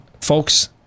folks